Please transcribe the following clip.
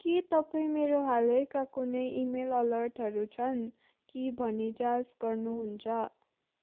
के तपाईँ मेरो हालैका कुनै इमेल अलर्टहरू छन् कि भनी जाँच गर्नु हुन्छ